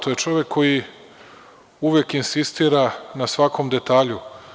To je čovek koji uvek insistira na svakom detalju.